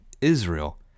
Israel